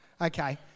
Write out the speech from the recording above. okay